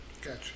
Gotcha